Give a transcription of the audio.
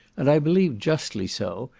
and i believe justly so,